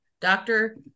Doctor